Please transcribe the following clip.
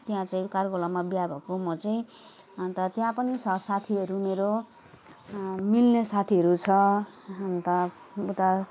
त्यहाँ चाहिँ कायबोलामा बिहा भएको म चाहिँ अन्त त्यहाँ पनि छ साथीहरू मेरो मिल्ने साथीहरू छ अन्त उता